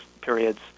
periods